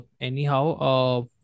anyhow